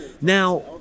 Now